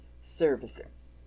services